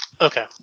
Okay